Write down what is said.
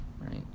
right